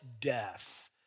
death